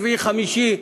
רביעי וחמישי,